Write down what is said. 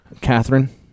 Catherine